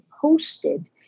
posted